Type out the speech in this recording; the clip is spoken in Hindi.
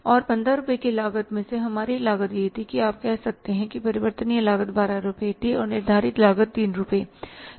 और 15 रुपये की कुल लागत में से हमारी लागत यह थी कि आप कह सकते हैं कि परिवर्तनीय लागत 12 रुपये थी और निर्धारित लागत 3 रुपये है